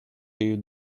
jej